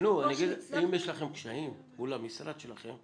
אם יש לכם קשיים מול המשרד שלכם,